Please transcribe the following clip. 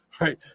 Right